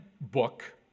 book